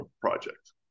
project